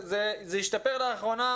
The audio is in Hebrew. זה השתפר לאחרונה,